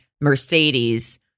mercedes